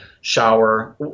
shower